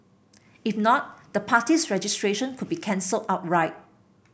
if not the party's registration could be cancelled outright